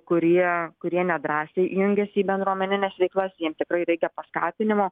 kurie kurie nedrąsiai jungiasi į bendruomenines veiklas jiem tikrai reikia paskatinimo